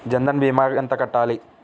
జన్ధన్ భీమా ఎంత కట్టాలి?